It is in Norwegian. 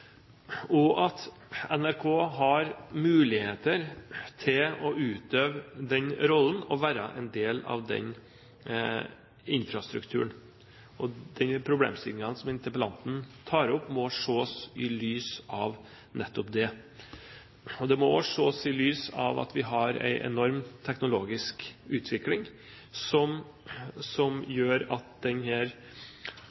og at NRK har muligheter til å utøve den rollen og være en del av den infrastrukturen. Den problemstillingen som interpellanten tar opp, må ses i lys av nettopp det. Det må også ses i lys av at vi har en enorm teknologisk utvikling som